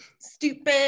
Stupid